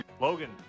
Logan